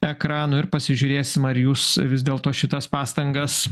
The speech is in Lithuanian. ekranų ir pasižiūrėsim ar jūs vis dėlto šitas pastangas